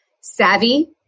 savvy